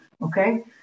okay